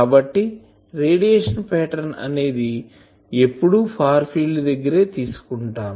కాబట్టి radiation pattern అనేది ఎప్పుడు ఫార్ ఫీల్డ్ దగ్గరే తీసుకుంటాం